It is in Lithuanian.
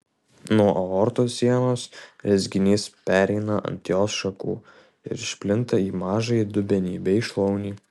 nuo aortos sienos rezginys pereina ant jos šakų ir išplinta į mažąjį dubenį bei šlaunį